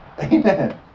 Amen